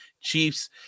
Chiefs